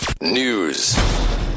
News